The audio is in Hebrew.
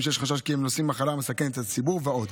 שיש חשש כי הם נשאי מחלה המסכנת את הציבור ועוד.